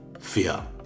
fear